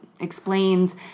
explains